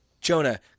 jonah